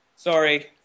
Sorry